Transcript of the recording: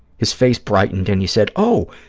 his face brightened and he said, oh,